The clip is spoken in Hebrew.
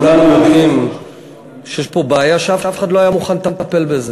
מבינים שיש פה בעיה שאף אחד לא היה מוכן לטפל בה.